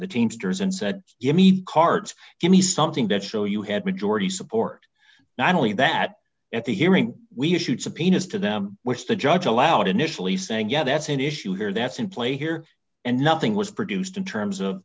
the teamsters and said you need cards give me something to show you had majority support not only that at the hearing we issued subpoenas to them which the judge allowed initially saying yeah that's an issue here that's in play here and nothing was produced in terms of